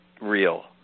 real